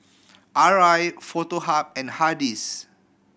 Arai Foto Hub and Hardy's